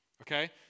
Okay